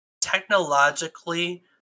technologically